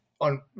on